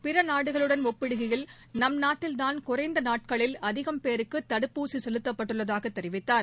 பிற நாடுகளுடன் ஒப்பிடுகையில் நம் நாட்டில்தான் குறைந்த நாட்களில் அதிகம் பேருக்கு தடுப்பூசி செலுத்தப்பட்டுள்ளதாக தெரிவித்தார்